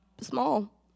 small